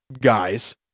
guys